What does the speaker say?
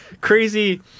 crazy